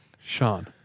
Sean